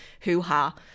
hoo-ha